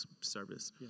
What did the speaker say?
service